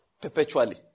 perpetually